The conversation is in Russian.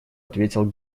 ответил